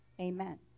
Amen